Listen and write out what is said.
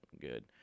good